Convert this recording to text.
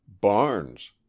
barnes